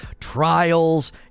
trials